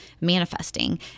manifesting